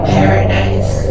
Paradise